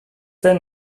zen